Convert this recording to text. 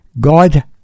God